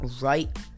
right